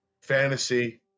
fantasy